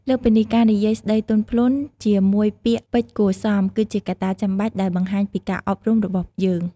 លើសពីនេះ ការនិយាយស្តីទន់ភ្លន់ ជាមួយពាក្យពេចន៍គួរសម គឺជាកត្តាចាំបាច់ដែលបង្ហាញពីការអប់រំរបស់យើង។